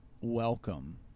welcome